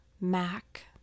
mac